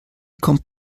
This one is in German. kommt